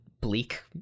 bleak